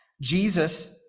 Jesus